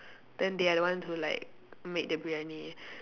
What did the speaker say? then they are the ones who like made the Briyani